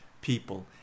people